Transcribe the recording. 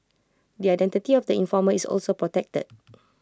the identity of the informer is also protected